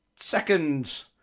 Second